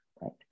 right